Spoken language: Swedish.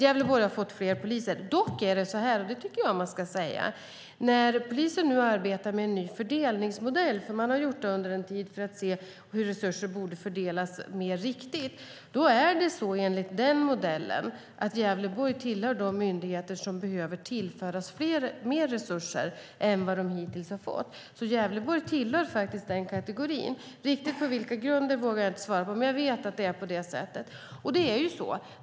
Gävleborg har fått fler poliser. Men enligt polisens nya fördelningsmodell - som man arbetat med under en tid för att se hur resurser borde fördelas mer riktigt - tillhör Gävleborg den kategori myndigheter som behöver tillföras mer resurser än de hittills fått. Riktigt på vilken grund vågar jag inte svara på, men jag vet att det är på det sättet.